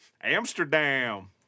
Amsterdam